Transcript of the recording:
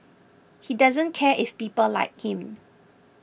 he doesn't care if people like him